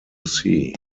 see